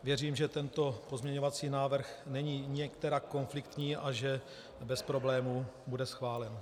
Věřím, že tento pozměňovací návrh není nikterak konfliktní a že bez problémů bude schválen.